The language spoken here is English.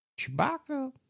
Chewbacca